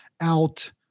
out